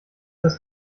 das